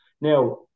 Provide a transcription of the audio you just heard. Now